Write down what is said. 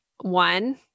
one